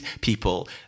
people